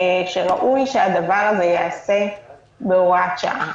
ראוי שהדבר הזה ייעשה בהוראת שעה.